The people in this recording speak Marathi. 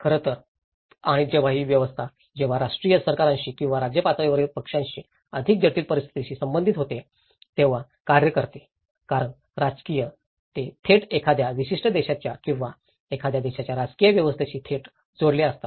खरं तर आणि जेव्हा ही व्यवस्था जेव्हा राष्ट्रीय सरकारांशी किंवा राज्य पातळीवरील पक्षांशी अधिक जटिल परिस्थितीशी संबंधित होते तेव्हा कार्य करते कारण राजकीय ते थेट एखाद्या विशिष्ट देशाच्या किंवा एखाद्या देशाच्या राजकीय व्यवस्थेशी थेट जोडलेले असतात